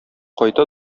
кайта